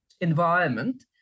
environment